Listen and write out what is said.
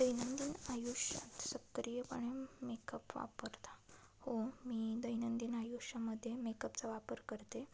दैनंदिन आयुष्यात सक्रियपणे मेकअप वापरता हो मी दैनंदिन आयुष्यामध्ये मेकअपचा वापर करते